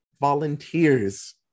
volunteers